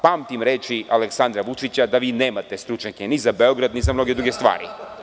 Pamtim reči Aleksandra Vučića da vi nemate stručnjake ni za Beograd, ni za mnoge druge stvari.